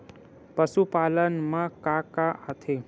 पशुपालन मा का का आथे?